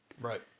Right